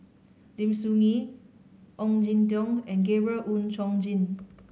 Lim Soo Ngee Ong Jin Teong and Gabriel Oon Chong Jin